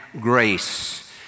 grace